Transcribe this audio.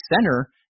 center